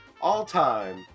all-time